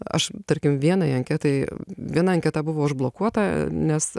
aš tarkim vienai anketai viena anketa buvo užblokuota nes